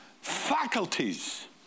faculties